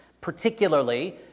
particularly